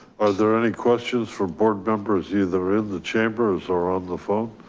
are there any questions for board members, either ah the chambers or on the phone?